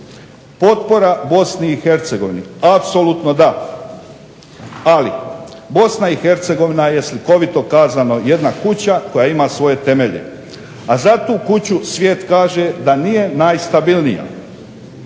Potpora BiH, apsolutno da. Ali, BiH je, slikovito kazano, jedna kuća koja ima svoje temelje, a za tu kuću svijet kaže da nije najstabilnija.